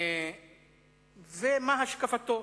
ומה השקפתו,